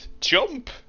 jump